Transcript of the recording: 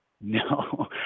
No